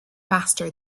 faster